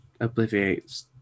obliviates